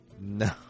No